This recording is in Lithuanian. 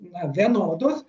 na vienodos